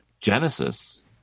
genesis